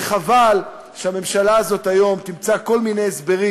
וחבל שהממשלה הזאת היום תמצא כל מיני הסברים